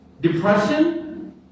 depression